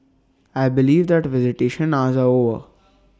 I believe that visitation hours are over